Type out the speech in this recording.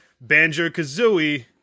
Banjo-Kazooie